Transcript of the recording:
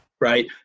right